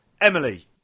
Emily